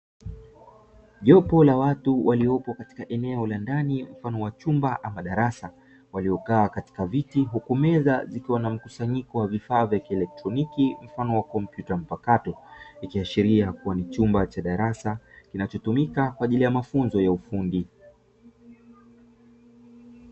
Jopo la watu waliopo katika eneo la ndani mfano wa chumba ama darasa. Waliokaa katika viti huku meza zikiwa na mkusanyiko wa vifaa vifaa vya kielektroniki mfano wa kompyuta mpakato. Vikiashilia ya kuwa ni chumba cha darasa kinachotumika kwa ajili ya mafunzo ya ufundi.